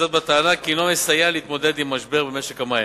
וזאת בטענה כי אינו מסייע להתמודד עם משבר במשק המים.